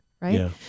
right